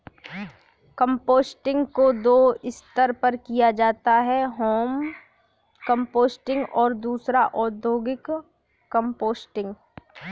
composting को दो स्तर पर किया जाता है होम कंपोस्टिंग और दूसरा औद्योगिक कंपोस्टिंग